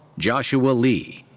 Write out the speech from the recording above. joshua lee.